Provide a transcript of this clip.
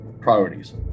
priorities